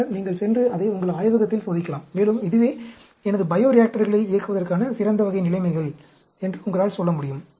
பின்னர் நீங்கள் சென்று அதை உங்கள் ஆய்வகத்தில் சோதிக்கலாம் மேலும் இதுவே எனது பையோரியாக்டர்களை இயக்குவதற்கான சிறந்த வகை நிலைமைகள் என்று உங்களால் சொல்லமுடியும்